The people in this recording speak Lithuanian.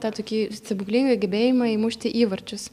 tą tokį stebuklingą gebėjimą įmušti įvarčius